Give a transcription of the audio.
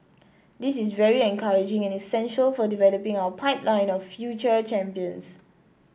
this is very encouraging and essential for developing our pipeline of future champions